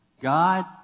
God